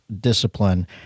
discipline